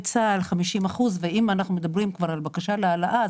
צה"ל 50%. אם אנחנו כבר מדברים על בקשה להעלאה,